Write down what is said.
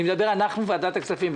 אנחנו בוועדת הכספים,